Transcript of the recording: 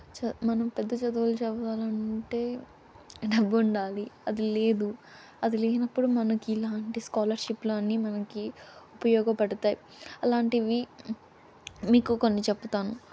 చ మనం పెద్ద చదువులు చదవాలంటే డబ్బు ఉండాలి అది లేదు అది లేనప్పుడు మనకు ఇలాంటి స్కాలర్షిప్లనీ మనకి ఉపయోగపడతాయి అలాంటివి మీకు కొన్ని చెప్పుతాను